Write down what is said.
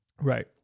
right